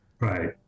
Right